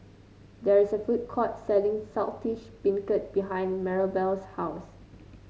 there is a food court selling Saltish Beancurd behind Marybelle's house